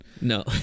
No